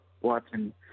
watching